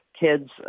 kids